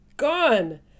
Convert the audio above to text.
Gone